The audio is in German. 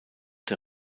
der